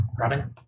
Robin